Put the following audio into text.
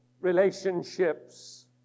relationships